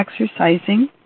exercising